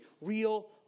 real